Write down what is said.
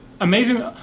amazing